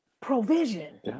Provision